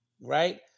right